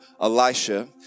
Elisha